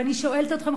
ואני שואלת אתכם,